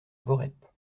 voreppe